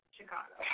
Chicago